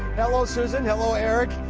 hello susan, hello eric!